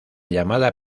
llamada